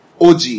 OG